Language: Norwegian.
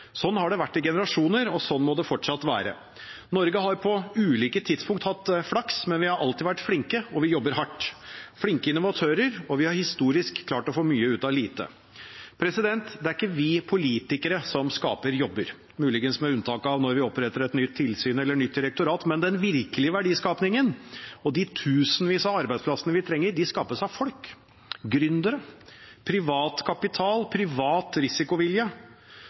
har det vært i generasjoner, og slik må det fortsatt være. Norge har på ulike tidspunkt hatt flaks, men vi har alltid vært flinke, og vi jobber hardt. Vi har flinke innovatører, og vi har historisk klart å få mye ut av lite. Det er ikke vi politikere som skaper jobber – muligens med unntak av når vi oppretter et nytt tilsyn eller et nytt direktorat – men den virkelige verdiskapingen og de tusenvis av arbeidsplassene vi trenger, skapes av folk, gründere, privat kapital, privat risikovilje.